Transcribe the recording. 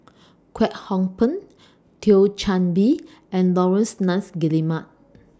Kwek Hong Png Thio Chan Bee and Laurence Nunns Guillemard